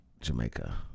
Jamaica